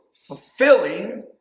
Fulfilling